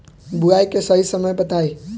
बुआई के सही समय बताई?